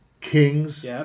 kings